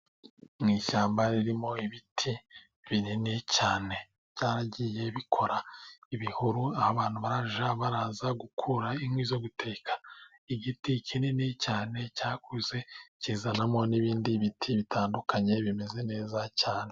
Mu ishyamba ririmo ibiti binini cyane , byaragiye bikora ibihuru aho abantu barajya baraza gukura inkwi zo guteka. Igiti kinini cyane cyakuze , kizanamo n'ibindi biti bitandukanye bimeze neza cyane.